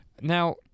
Now